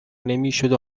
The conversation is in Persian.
نمیشدو